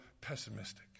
pessimistic